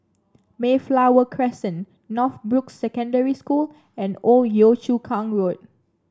Mayflower Crescent Northbrooks Secondary School and Old Yio Chu Kang Road